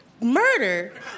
Murder